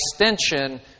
extension